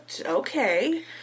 okay